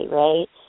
right